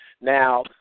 Now